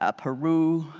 ah peru,